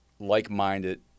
Like-minded